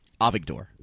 Avigdor